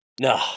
No